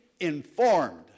informed